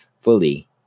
fully